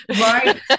right